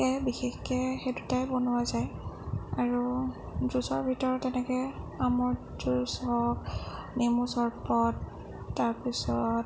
সেয়ে বিশেষকৈ সেই দুটাই বনোৱা যায় আৰু জুচৰ ভিতৰত তেনেকৈ আমৰ জুচ হওক নেমুৰ চৰ্বত তাৰপিছত